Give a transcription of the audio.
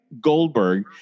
Goldberg